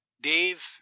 Dave